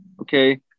okay